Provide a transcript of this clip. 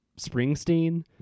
springsteen